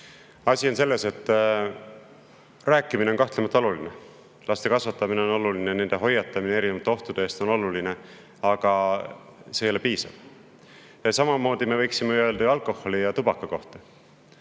Asi on selles, et rääkimine on kahtlemata oluline, laste kasvatamine on oluline, nende hoiatamine erinevate ohtude eest on oluline, aga see ei ole piisav. Samamoodi me võiksime ju öelda alkoholi ja tubaka kohta,